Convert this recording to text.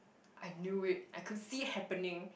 I knew it I could see it happening